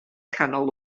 canol